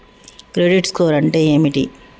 Credit score అంటే ఏమిటి?